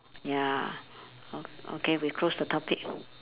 ya o~ okay we close the topic